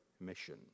mission